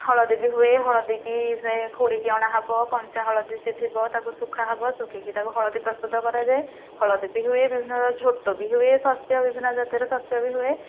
ହଳଦୀ ବି ହୁଏ ହଳଦୀ କିି ସେ ଖୋଳିକି ଅଣା ହବ କଞ୍ଚା ହଳଦୀ ସେ ଥିବ ତାକୁ ଶୁଖା ହବ ଶୁଖିକି ତାକୁ ହଳଦୀ ପ୍ରସ୍ତୁତ କରାଯାଏ ହଳଦୀ ବି ହୁଏ ବିଭିନ୍ନ ଝୋଟ ବି ହୁଏ ଶାସ୍ୟ ବିଭିନ୍ନ ଜାତୀୟର ଶସ୍ୟ ବି ହୁଏ